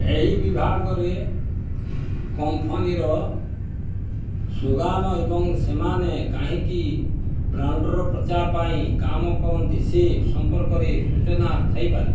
ଏହି ବିଭାଗରେ କମ୍ପାନୀର ସ୍ଲୋଗାନ୍ ଏବଂ ସେମାନେ କାହିଁକି ବ୍ରାଣ୍ଡର ପ୍ରଚାର ପାଇଁ କାମ କରନ୍ତି ସେ ସମ୍ପର୍କରେ ସୂଚନା ଥାଇପାରେ